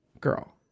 girl